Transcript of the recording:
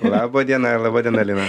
laba diena laba diena lina